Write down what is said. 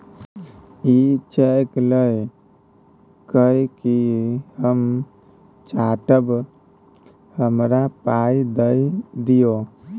इ चैक लए कय कि हम चाटब? हमरा पाइ दए दियौ